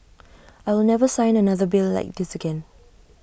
I will never sign another bill like this again